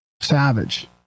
Savage